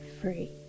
free